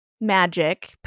magic